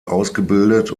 ausgebildet